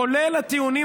כולל הטיעונים,